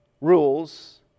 rules